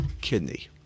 kidney